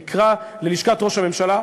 נקרא ללשכת ראש הממשלה,